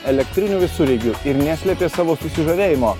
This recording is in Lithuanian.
elektriniu visureigiu ir neslėpė savo susižavėjimo